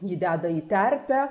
jį deda į terpę